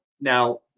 Now